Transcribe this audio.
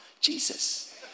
Jesus